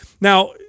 Now